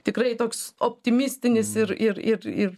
tikrai toks optimistinis ir ir ir ir